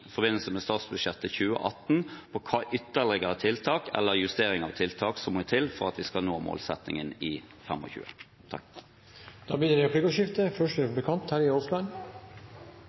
på hvilke ytterligere tiltak eller justering av tiltak som må til for at vi skal nå målsettingen i 2025. Det blir replikkordskifte.